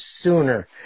sooner